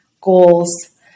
goals